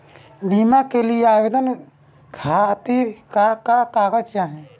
बीमा के लिए आवेदन खातिर का का कागज चाहि?